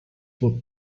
for